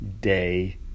day